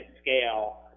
scale